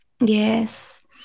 yes